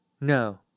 No